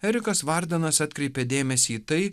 erikas vardenas atkreipia dėmesį į tai